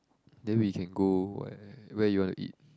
then we can go where where you want to eat